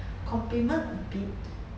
complement a bit